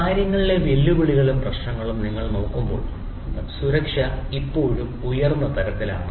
കാര്യങ്ങളിലെ വെല്ലുവിളികളും പ്രശ്നങ്ങളും നിങ്ങൾ നോക്കുമ്പോൾ സുരക്ഷ ഇപ്പോഴും ഉയർന്ന തലത്തിലാണ്